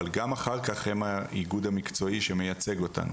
אבל גם אחר כך הם האיגוד המקצועי שמייצג אותנו,